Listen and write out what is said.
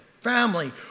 Family